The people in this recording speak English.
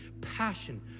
passion